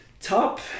top